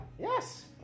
Yes